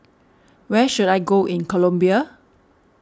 where should I go in Colombia